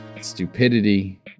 Stupidity